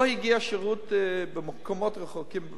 במקומות רחוקים,